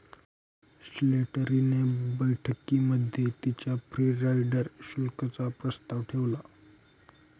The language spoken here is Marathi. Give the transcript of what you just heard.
स्लेटरी ने बैठकीमध्ये तिच्या फ्री राईडर शुल्क चा प्रस्ताव ठेवला